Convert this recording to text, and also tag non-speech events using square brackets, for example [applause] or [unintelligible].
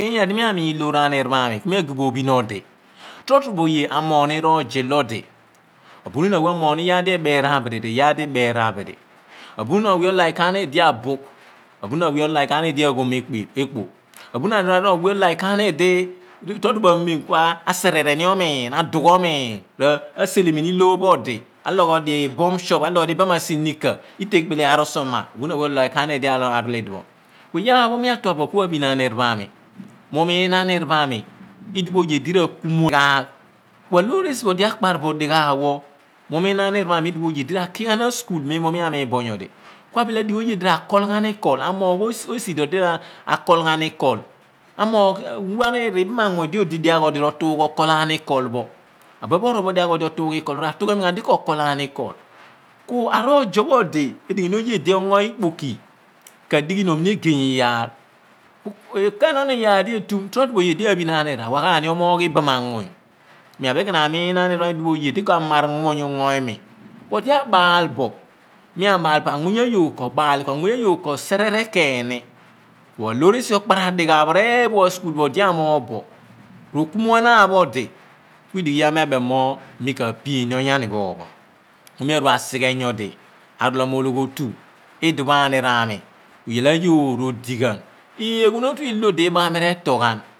Egey iyaar di mi amiin loar anir pho aam ku mi agbi bo ophin odi to trobo oye amoogh roozo ilo di abunun awe omoogh iyaar di ebe er a- an nyodi ri iyaar di/iber aan bidi abunun awe olike ahnir di abugh abunun awe olike ahnir di aghom ekpo abunun awe olike ahnir di toro bo amem ku asevere ni omiin adugh omiin, toro amem aselemi to ni loor pho odi awghodian bum short, short nicker ite kpele arusuoma, abuniin awe o like ahnir di arol idipho ku iyaar pho mi atuan bu ku aphin anir pho ami mi umiin ahnir pho ami idipho oye di [unintelligible] ku wor esi di odi akpar bo dighaagh, mu mun ahnor pho ami id ipho oye di ra ki ghan askul mem opo pho mi amiin bo nyodi odi abile adighi oye di rakul ghan ikol, amoogh esi di odi rakol ghan ikol amoogh esi di odi rakol ghan ikọl amoogh ibam anmuny di odi dighaagh odi ro fungha okol ani ikol pho. abuen odi bo dighaagh odi rotuugh bo ikol pho, odi ratughemi ilo okol ikol ku aroozo pho odi edeenaan oye di na ango it poki ka dighinom eyey iyaar enon iyaar di efumi for obo oye lo aphin ahnir ra wa ghan ni omoogh ibam anmuny. mi abile ken amiin anir pho aami idipho oye di ka mavh nmung unyo iimi ku odi abaal bo, anmuny ayor ko baal ni ko serere ken ku loor esi okpar adighaagh, eephua askul pho odi amoogh bo, ro kumu enaan pho odi ku ukghi iyaar pho mi abem bo mo mi kapiini onyampho phon ku mi aaru asighe nyodi avolom owghi otu odipho ahnir aami di iyal ayoor odighan ii eghunotu illo di ibaghumi re/tol ghan.